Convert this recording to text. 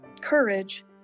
courage